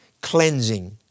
cleansing